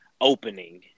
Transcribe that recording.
opening